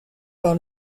par